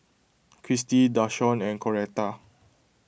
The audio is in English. Christi Dashawn and Coretta